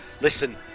listen